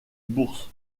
bourse